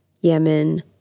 Yemen